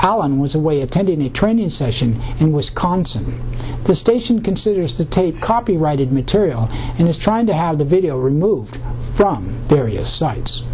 allen was away attending a training session in wisconsin the station considers to tape copyrighted material and is trying to have the video removed from various sites